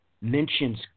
mentions